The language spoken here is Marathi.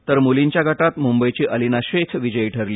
तर मुलींच्या गटात मुंबईची अलिना शेख विजयी ठरली